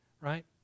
right